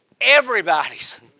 everybody's